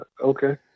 Okay